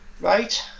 Right